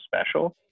special